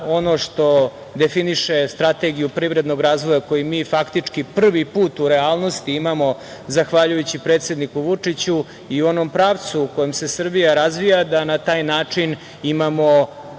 ono što definiše strategiju privrednog razvoja koji mi, faktički prvi put u realnosti imamo, zahvaljujući predsedniku Vučiću i onom pravcu u kom se Srbija razvija da na taj način imamo